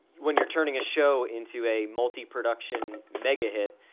when you're turning a show into a multi production, mega hit,